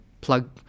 plug